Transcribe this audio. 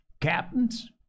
Captains